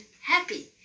happy